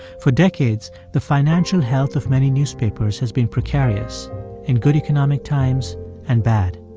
for decades, the financial health of many newspapers has been precarious in good economic times and bad.